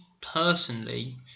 personally